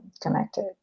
connected